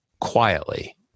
quietly